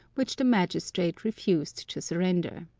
which the magistrate refused to surrender.